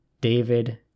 David